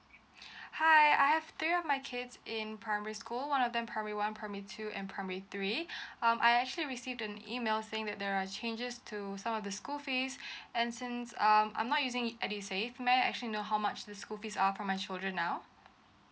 hi I have three of my kids in primary school one of them primary one primary two and primary three um I actually received an email saying that there are changes to some of the school fees and since um I'm not using it edusave may I actually know how much the school fees are for my children now